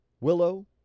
Willow